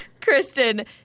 Kristen